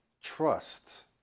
trust